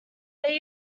they